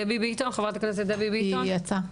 ח"כ דבי ביטון ?יצאה.